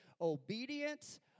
Obedience